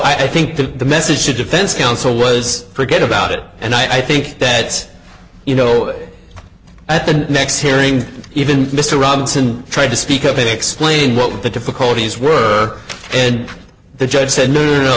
so i think the message of defense counsel was forget about it and i think that you know at the next hearing even mr robinson tried to speak up and explain what the difficulties were and the judge said no